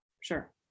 sure